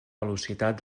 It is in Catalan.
velocitat